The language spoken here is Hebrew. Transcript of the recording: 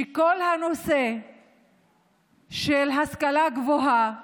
שכל הנושא של השכלה גבוהה